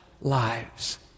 lives